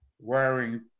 wearing